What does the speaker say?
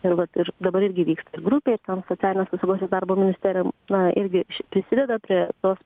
ir vat ir dabar irgi vyksta ir grupė ir ten socialinės apsaugos ir darbo ministerija na irgi prisideda prie tos